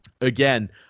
again